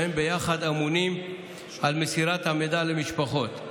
והם ביחד אמונים על מסירת המידע למשפחות.